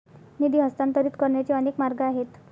निधी हस्तांतरित करण्याचे अनेक मार्ग आहेत